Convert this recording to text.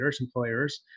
employers